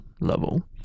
level